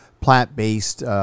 plant-based